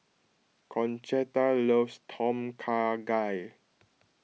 Concetta loves Tom Kha Gai